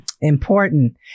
Important